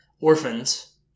orphans